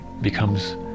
becomes